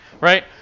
Right